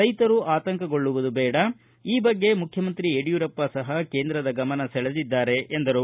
ರೈತರು ಆತಂಕಗೊಳ್ಳುವುದು ಬೇಡ ಈ ಬಗ್ಗೆ ಮುಖ್ಯಮಂತ್ರಿ ಯಡಿಯೂರಪ್ಪ ಸಹ ಕೇಂದ್ರದ ಗಮನಕ್ಕೆ ತಂದಿದ್ದಾರೆ ಎಂದರು